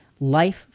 Life